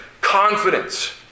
confidence